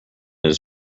his